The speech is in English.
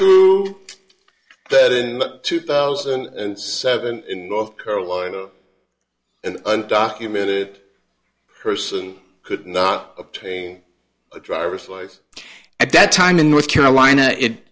matter that in two thousand and seven in north carolina an undocumented person could not obtain a driver's license at that time in north carolina it